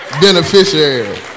beneficiary